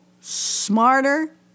smarter